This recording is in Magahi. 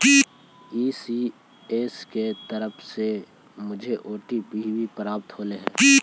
ई.सी.एस की तरफ से मुझे ओ.टी.पी भी प्राप्त होलई हे